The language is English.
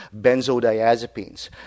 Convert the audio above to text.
benzodiazepines